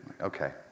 Okay